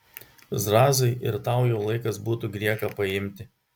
zrazai ir tau jau laikas būtų grieką paimti